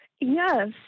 Yes